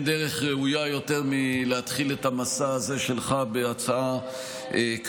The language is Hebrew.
ונדמה לי שאין דרך ראויה יותר מלהתחיל את המסע הזה שלך בהצעה כזאת,